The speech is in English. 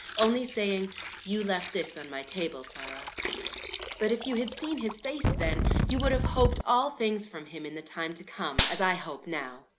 only saying you left this on my table, clara but if you had seen his face then, you would have hoped all things from him in the time to come, as i hope now.